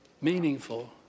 meaningful